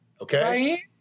Okay